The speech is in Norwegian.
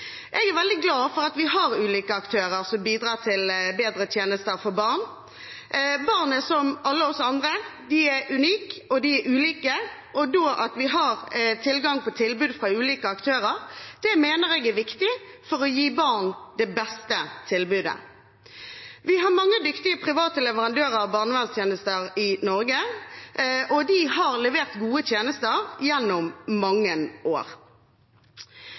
Jeg er veldig glad for at vi har ulike aktører som bidrar til bedre tjenester for barn. Barn er, som alle oss andre, unike og ulike. At vi har tilgang på tilbud fra ulike aktører, mener jeg er viktig for å gi barn det beste tilbudet. Vi har mange dyktige private leverandører av barnevernstjenester i Norge, og de har levert gode tjenester gjennom mange år.